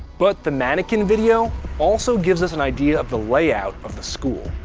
but the mannequin video also gives us an idea of the layout of the school.